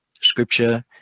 Scripture